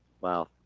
wow